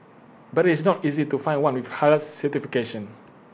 but its not easy to find one with Halal certification